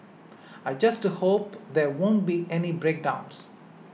I just hope there won't be any breakdowns